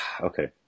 Okay